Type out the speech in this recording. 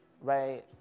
right